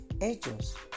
ellos